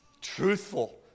truthful